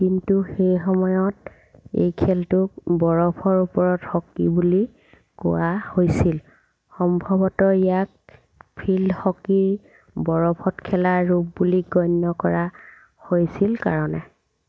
কিন্তু সেই সময়ত এই খেলটোক বৰফৰ ওপৰত হকী বুলি কোৱা হৈছিল সম্ভৱতঃ ইয়াক ফিল্ড হকীৰ বৰফত খেলা ৰূপ বুলি গণ্য কৰা হৈছিল কাৰণে